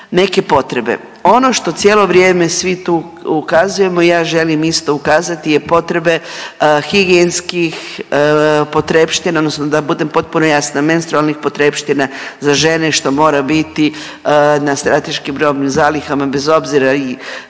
neke potrebe. Ono što cijelo vrijeme vi stu ukazujemo i ja želim isto ukazati je potrebe higijenskih potrepština odnosno da budem potpuno jasna menstrualnih potrepština za žene što mora biti na strateškim robnim zalihama bez obzira